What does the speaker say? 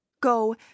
go